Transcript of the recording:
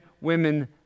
women